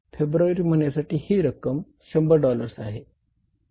February महिन्यासाठी ही रक्कम 100 डॉलर्स आहे